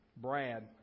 Brad